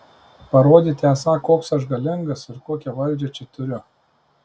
parodyti esą koks aš galingas ir kokią valdžią čia turiu